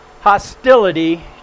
hostility